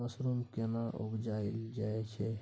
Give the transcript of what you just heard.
Mushroom केना उबजाबल जाय छै?